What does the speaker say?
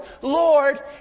Lord